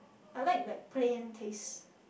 I like like plain taste